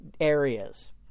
areas